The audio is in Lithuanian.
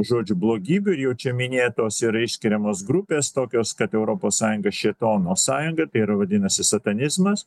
žodžiu blogybių ir jau čia minėtos yra išskiriamos grupės tokios kad europos sąjunga šėtono sąjunga ir tai yra vadinasi satanizmas